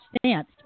stance